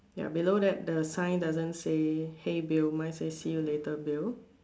ya below that the sign doesn't say hey bill mine says see you later bill